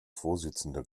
vorsitzender